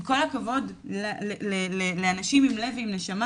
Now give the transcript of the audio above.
עם כל הכבוד לאנשים עם לב ועם נשמה